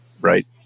right